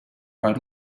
right